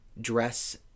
dress